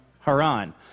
Haran